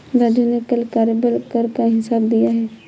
राजू ने कल कार्यबल कर का हिसाब दिया है